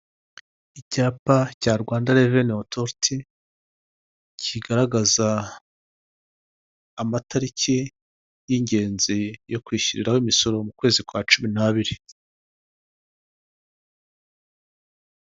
Icyapa cya Rwanda reveni otoriti, kigaragaza amatariki y'ingenzi yo kwishyiriraho imisoro mu kwezi kwa cumi n'abiri.